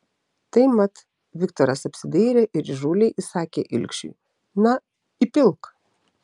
tai mat viktoras apsidairė ir įžūliai įsakė ilgšiui na įpilk